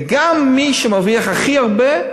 וגם מי שמרוויח הכי הרבה,